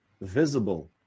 visible